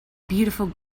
beautiful